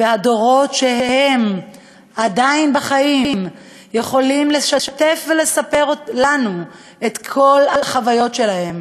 כשהדורות שהם עדיין בחיים יכולים לשתף ולספר לנו את כל החוויות שלהם,